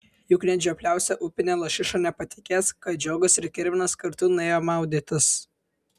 juk net žiopliausia upinė lašiša nepatikės kad žiogas ir kirminas kartu nuėjo maudytis